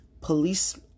police